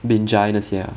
binjai 那些